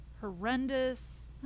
Horrendous